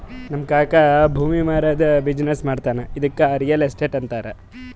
ನಮ್ ಕಾಕಾ ಭೂಮಿ ಮಾರಾದ್ದು ಬಿಸಿನ್ನೆಸ್ ಮಾಡ್ತಾನ ಇದ್ದುಕೆ ರಿಯಲ್ ಎಸ್ಟೇಟ್ ಅಂತಾರ